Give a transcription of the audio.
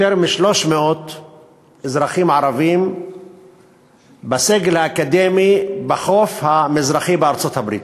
יותר מ-300 אזרחים ערבים בסגל האקדמי בחוף המזרחי של ארצות-הברית.